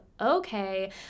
Okay